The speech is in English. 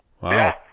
Wow